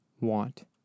want